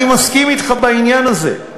אני מסכים אתך בעניין הזה.